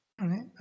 right